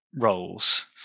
roles